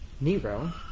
Nero